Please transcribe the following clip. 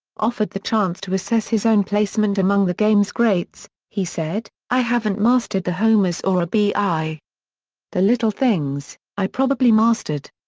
offered the chance to assess his own placement among the game's greats, he said, i haven't mastered the homers or rbi. the little things, i probably mastered.